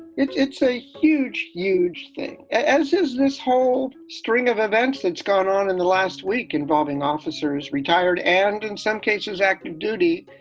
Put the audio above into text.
it's it's a huge, huge thing, as is this whole string of events that's gone on in the last week involving officers retired and in some cases active duty,